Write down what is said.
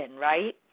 right